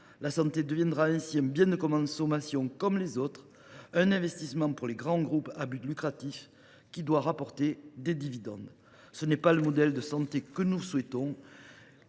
la santé deviendra un bien de consommation comme les autres, un investissement pour les grands groupes à but lucratif, dont l’unique objectif sera de rapporter des dividendes. Ce n’est pas le modèle de santé que nous souhaitons.